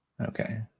Okay